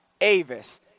Avis